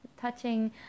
touching